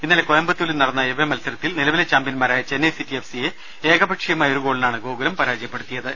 ഇന്നലെ കോയമ്പത്തൂരിൽ നടന്ന എവേ മത്സരത്തിൽ നിലവിലെ ചാംപ്യൻമാരായ ചെന്നൈ സിറ്റി എഫ് സി യെ ഏകപക്ഷീയമായ ഒരുഗോളിനാണ് ഗോകുലം പരാജയപ്പെടുത്തിയത്